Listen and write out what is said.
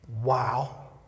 wow